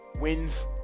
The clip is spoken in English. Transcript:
wins